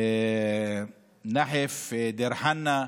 דיר חנא,